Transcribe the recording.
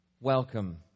Welcome